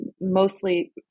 mostly